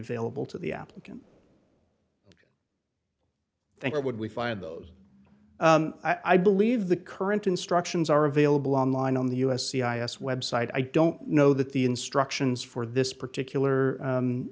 available to the applicant thank you would we find those i believe the current instructions are available online on the u s c i s website i don't know that the instructions for this particular